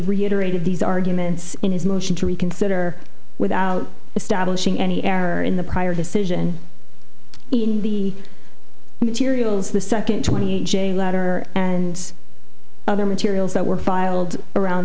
reiterated these arguments in his motion to reconsider without establishing any error in the prior decision in the materials the second twenty eight j letter and other materials that were filed around